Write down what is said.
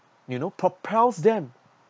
you know propels them